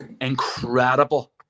incredible